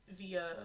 via